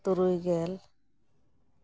ᱛᱩᱨᱩᱭ ᱜᱮᱞ